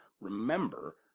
Remember